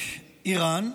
איראן,